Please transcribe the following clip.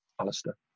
Alistair